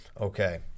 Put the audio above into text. okay